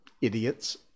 idiots